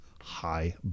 high